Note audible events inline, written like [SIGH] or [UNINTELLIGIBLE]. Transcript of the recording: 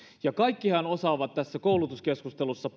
ja kaikkihan osaavat tässä koulutuskeskustelussa [UNINTELLIGIBLE]